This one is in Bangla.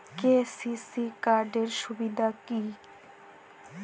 কে.সি.সি কার্ড এর সুবিধা কি?